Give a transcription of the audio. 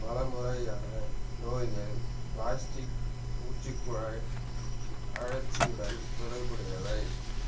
பல முறையான நோய்கள் பிளாஸ்டிக் மூச்சுக்குழாய் அழற்சியுடன் தொடர்புடையவை